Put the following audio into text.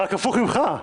רק הפוך ממך.